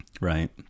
Right